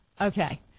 okay